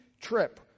trip